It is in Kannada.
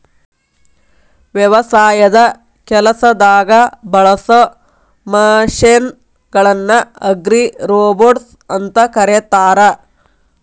ವ್ಯವಸಾಯದ ಕೆಲಸದಾಗ ಬಳಸೋ ಮಷೇನ್ ಗಳನ್ನ ಅಗ್ರಿರೋಬೊಟ್ಸ್ ಅಂತ ಕರೇತಾರ